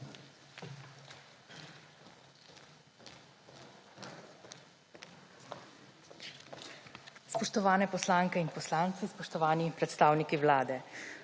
Spoštovane poslanke in poslanci, spoštovani predstavniki vlade.